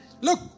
Look